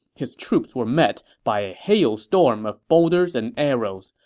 his troops were met by a hailstorm of boulders and arrows,